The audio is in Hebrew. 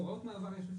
הוראות מעבר יש אפשרות.